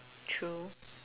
true